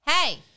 Hey